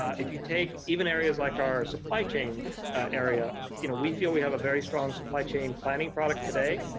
if you take even in areas like our supply chain area you know, we feel we have a very strong supply chain planning product today,